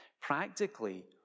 Practically